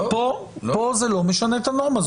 פה זה לא משנה את הנורמה.